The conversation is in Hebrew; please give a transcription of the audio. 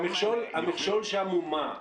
המכשול שם הוא מה?